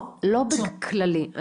לא בכללי,